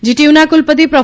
જીટીયુના કુલપતિ પ્રો